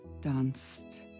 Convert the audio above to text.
danced